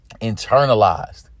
internalized